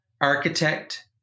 architect